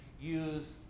use